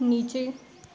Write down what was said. नीचे